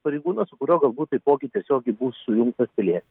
policijos pareigūnas su kurio galbūt taipogi tiesiogiai bus sujungtas pilietis